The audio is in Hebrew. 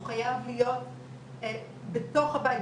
הוא חייב להיות בתוך הבית,